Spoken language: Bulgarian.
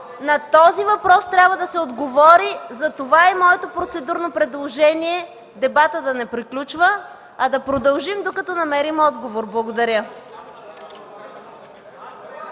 На този въпрос трябва да се отговори. Затова е и моето процедурно предложение дебатът да не приключва, а да продължим, докато намерим отговор. Благодаря.